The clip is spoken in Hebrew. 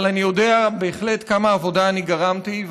אבל אני יודע בהחלט כמה עבודה אני גרמתי.